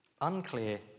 Unclear